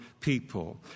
people